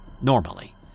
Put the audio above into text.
Normally